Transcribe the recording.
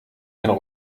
einen